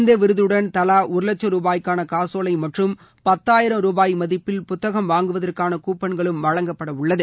இந்த விருதுடன் தலா ஒரு வட்சம் ரூபாய் மற்றும் பத்தாயிரம் ரூபாய் மதிப்பில் புத்தகம் வாங்குவதற்கான கூப்பன்களும் வழங்கப்படவுள்ளது